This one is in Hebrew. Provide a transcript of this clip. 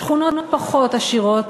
שכונות פחות עשירות,